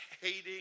hating